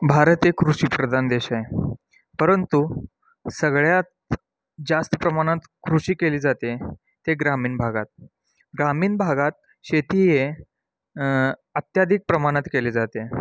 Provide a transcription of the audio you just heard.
भारत एक कृषीप्रधान देश आहे परंतु सगळ्यात जास्त प्रमाणात कृषी केली जाते ते ग्रामीण भागात ग्रामीण भागात शेती हे अत्याधिक प्रमाणात केली जाते